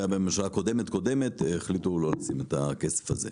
עוד בממשלה הקודמת קודמת והחליטו לא לשים כסף על זה.